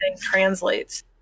translates